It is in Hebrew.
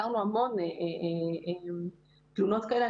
פתרנו המון תלונות כאלה.